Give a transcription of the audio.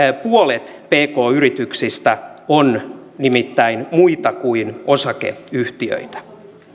puolet pk yrityksistä on nimittäin muita kuin osakeyhtiöitä